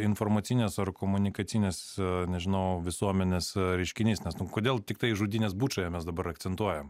informacinės ar komunikacinės nežinau visuomenės reiškinys nes kodėl tiktai žudynes bučoje mes dabar akcentuojam